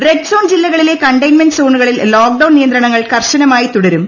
red zone ജില്ലകളിലെ containment സോണുകളിൽ lockdown നിയന്ത്രണങ്ങൾ കർശനമായി തുടരും